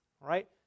right